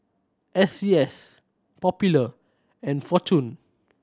S C S Popular and Fortune